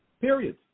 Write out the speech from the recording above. Period